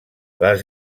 les